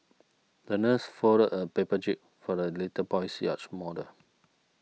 the nurse folded a paper jib for the little boy's yacht model